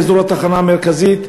באזור התחנה המרכזית.